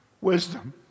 wisdom